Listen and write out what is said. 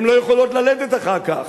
הן לא יכולות ללדת אחר כך,